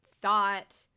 thought